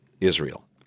Israel